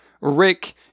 Rick